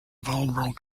vulnerable